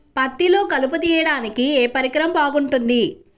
పత్తిలో కలుపు తీయడానికి ఏ పరికరం బాగుంటుంది?